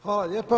Hvala lijepa.